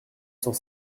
cent